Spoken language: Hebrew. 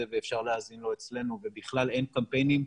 ואפשר להאזין לו אצלנו ובכלל אין קמפיינים,